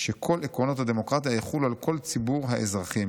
שכל עקרונות הדמוקרטיה יחולו על כל ציבור האזרחים,